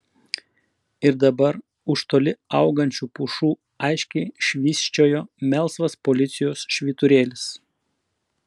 ir dabar už toli augančių pušų aiškiai švysčiojo melsvas policijos švyturėlis